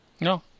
no